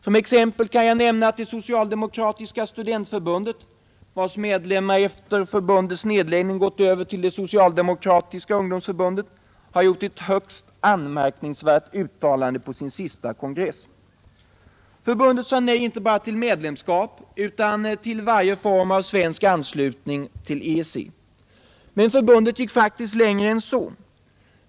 Som exempel kan jag nämna att det socialdemokratiska studentförbundet, vars medlemmar efter förbundets nedläggning gått över till det socialdemokratiska ungdomsförbundet, har gjort ett högst anmärkningsvärt uttalande på sin sista kongress. Förbundet sade nej inte bara till medlemskap utan till varje form av svensk anslutning till EEC. Men förbundet gick längre än så.